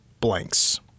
blanks